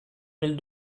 mille